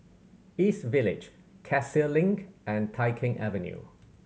East Village Cassia Link and Tai Keng Avenue